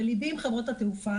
וליבי עם חברות התעופה,